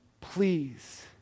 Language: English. please